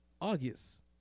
august